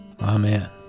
Amen